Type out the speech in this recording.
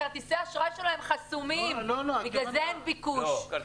כרטיסי האשראי שלהם חסומים, בגלל זה אין ביקוש.